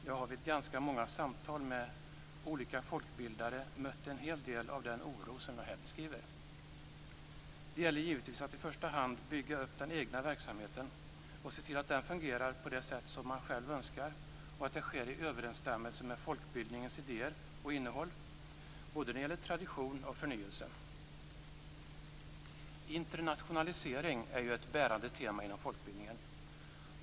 Jag har vid ganska många samtal med olika folkbildare mött en hel del av den oro som jag här beskriver. Det gäller givetvis att i första hand bygga upp den egna verksamheten, att se till att den fungerar på det sätt man själv önskar och att det sker i överensstämmelse med folkbildningens idéer och innehåll, vad gäller både tradition och förnyelse. Internationalisering är ett bärande tema inom folkbildningen.